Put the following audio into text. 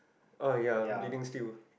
oh ya Bleeding Steel